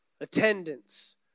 attendance